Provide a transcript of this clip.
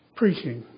preaching